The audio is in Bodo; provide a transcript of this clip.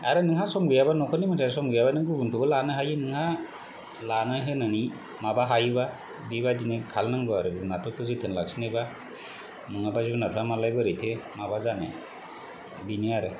आरो नोंहा सम गैयाबा नखरनि मानसिआ सम गैयाबा नों गुबुनखौबो लानो हायो नोंहा लानो होनानै माबा हायोबा बिबादि खालायनांगौ आरो जुनारफोरखौ जोथोन लाखिनोबा नङाबा जुनारा मालाय बोरैथो माबा जानो बेनो आरो